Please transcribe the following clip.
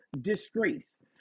disgrace